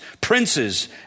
princes